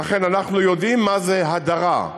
ולכן אנחנו יודעים מה זה הדרה,